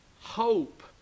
hope